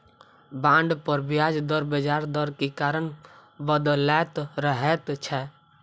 bond पर ब्याज दर बजार दर के कारण बदलैत रहै छै